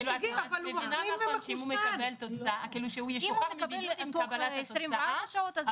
הוא ישוחרר מבידוד עם קבלת התוצאה,